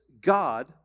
God